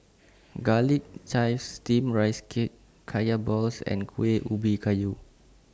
Garlic Chives Steamed Rice Cake Kaya Balls and Kueh Ubi Kayu